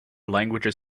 languages